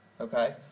Okay